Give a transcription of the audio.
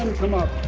come up.